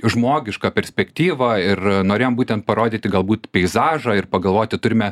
žmogišką perspektyvą ir norėjom būtent parodyti galbūt peizažą ir pagalvoti turime